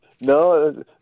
No